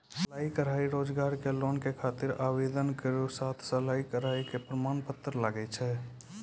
सिलाई कढ़ाई रोजगार के लोन के खातिर आवेदन केरो साथ सिलाई कढ़ाई के प्रमाण पत्र लागै छै?